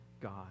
God